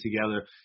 together